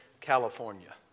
California